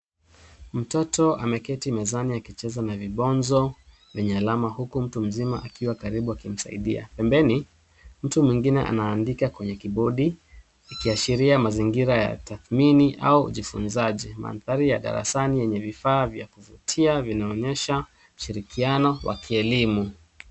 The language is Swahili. Mtoto ameketi mezani akicheza na vibonzo vyenye alama huku mtu mzima akiwa karibu akimsaidia. Pembeni, mtu mwingine anaandika kwenye kibodi, ikiashiria mazingira ya tathmini au ujifunzaji. Mandhari ya darasani yenye vifaa vya kuvutia vinaonyesha ushirikiano wa kielimu.